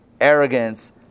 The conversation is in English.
arrogance